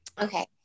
okay